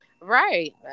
Right